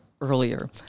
earlier